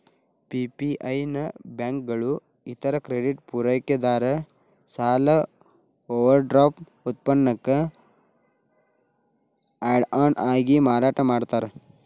PPI ನ ಬ್ಯಾಂಕುಗಳ ಇತರ ಕ್ರೆಡಿಟ್ ಪೂರೈಕೆದಾರ ಸಾಲ ಓವರ್ಡ್ರಾಫ್ಟ್ ಉತ್ಪನ್ನಕ್ಕ ಆಡ್ ಆನ್ ಆಗಿ ಮಾರಾಟ ಮಾಡ್ತಾರ